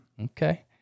Okay